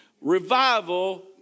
Revival